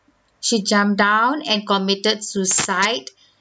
she jumped down and committed suicide